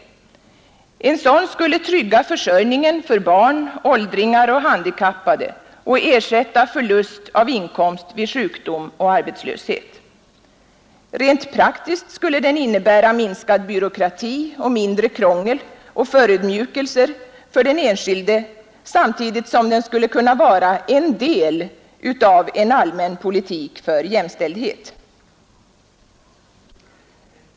En sådan skulle trygga försörjningen för barn, åldringar och handikappade och ersätta förlust av inkomst vid sjukdom och arbetslöshet. Rent praktiskt skulle den innebära minskad byråkrati och mindre krångel och förödmjukelser för den enskilde samtidigt som den skulle kunna vara en del av en allmän politik för jämställdhet.